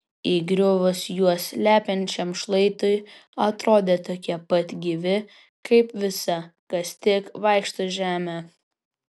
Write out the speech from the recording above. įgriuvus juos slepiančiam šlaitui atrodė tokie pat gyvi kaip visa kas tik vaikšto žeme